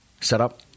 setup